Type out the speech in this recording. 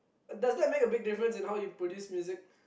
does that make a big difference in how you produce music